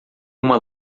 uma